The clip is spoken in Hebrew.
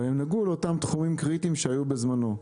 אבל הם נגעו לאותם תחומים קריטיים שהיו בזמנו.